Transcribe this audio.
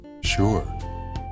Sure